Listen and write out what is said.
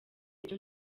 ibyo